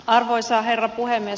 arvoisa herra puhemies